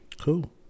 Cool